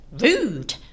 Rude